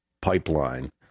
Pipeline